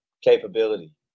capability